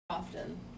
often